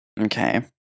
okay